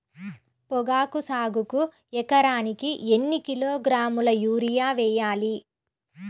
పొగాకు సాగుకు ఎకరానికి ఎన్ని కిలోగ్రాముల యూరియా వేయాలి?